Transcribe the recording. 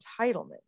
entitlement